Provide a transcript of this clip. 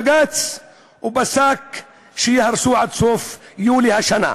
ובג"ץ פסק שהם ייהרסו עד סוף יולי השנה.